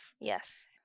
Yes